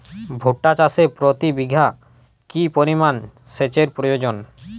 ভুট্টা চাষে প্রতি বিঘাতে কি পরিমান সেচের প্রয়োজন?